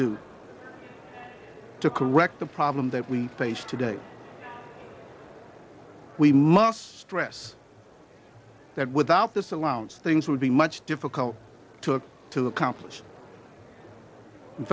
do to correct the problem that we face today we must stress that without this allowance things would be much difficult to to accomplish in